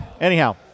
Anyhow